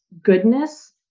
goodness